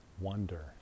wonder